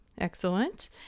excellent